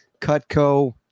Cutco